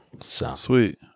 Sweet